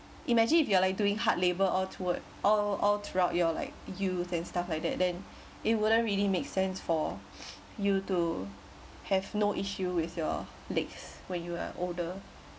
imagine if you are like doing hardly all toward all all throughout your like youth and stuff like that then it wouldn't really make sense for you to have no issue with your legs when you are older